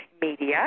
media